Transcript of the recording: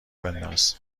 بنداز